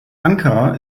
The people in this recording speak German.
ankara